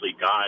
God